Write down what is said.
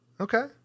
Okay